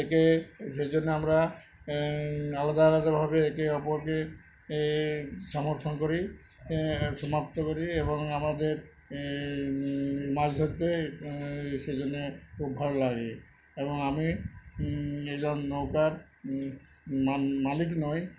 একে সেই জন্য আমরা আলাদা আলাদাভাবে একে অপরকে এ সমর্থন করি সমাপ্ত করি এবং আমাদের মাছ ধরতে সেই জন্যে খুব ভালো লাগে এবং আমি এই সব নৌকার মালিক নই